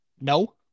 No